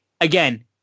again